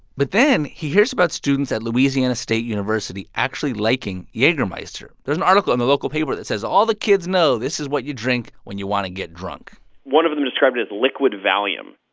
but then he hears about students at louisiana state university actually liking jagermeister. there's an article in the local paper that says all the kids know this is what you drink when you want to get drunk one of them described it as liquid valium.